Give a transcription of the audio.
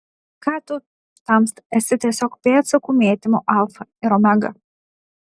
ką tu tamsta esi tiesiog pėdsakų mėtymo alfa ir omega